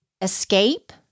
escape